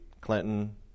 Clinton